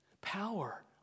Power